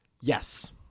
yes